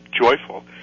joyful